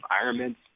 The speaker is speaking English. environments